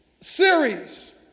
series